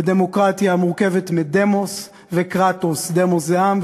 ודמוקרטיה מורכבת מדמוס וקרטוס: דמוס זה עם,